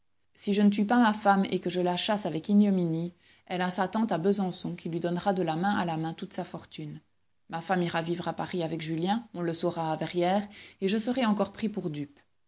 si je ne tue pas ma femme et que je la chasse avec ignominie elle a sa tante à besançon qui lui donnera de la main à la main toute sa fortune ma femme ira vivre à paris avec julien on le saura à verrières et je serai encore pris pour dupe